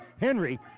Henry